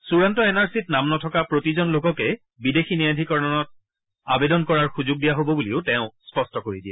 চূড়ান্ত N R C নাম নথকা প্ৰতিজন লোককে বিদেশী ন্যায়াধীকৰণত আৱেদন কৰাৰ সুযোগ দিয়া হ'ব বুলিও তেওঁ স্পষ্ট কৰি দিয়ে